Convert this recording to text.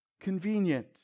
convenient